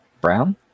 Brown